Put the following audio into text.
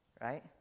right